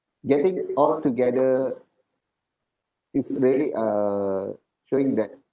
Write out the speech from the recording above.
getting altogether is really uh showing that